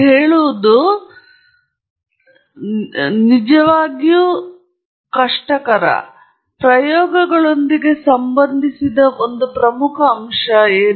ಆದ್ದರಿಂದ ಇದು ಪ್ರಯೋಗಗಳೊಂದಿಗೆ ಸಂಬಂಧಿಸಿದ ಒಂದು ಪ್ರಮುಖ ಅಂಶವಾಗಿದೆ